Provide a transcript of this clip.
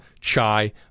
chai